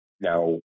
now